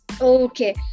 Okay